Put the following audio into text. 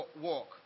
walk